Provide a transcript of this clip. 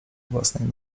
własnej